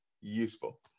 useful